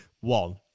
one